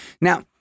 Now